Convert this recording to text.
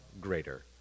greater